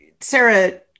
Sarah